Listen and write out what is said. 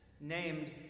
named